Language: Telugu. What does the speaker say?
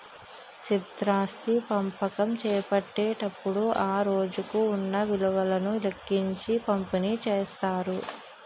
స్థిరాస్తి పంపకం చేపట్టేటప్పుడు ఆ రోజుకు ఉన్న విలువను లెక్కించి పంపిణీ చేస్తారు